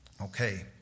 okay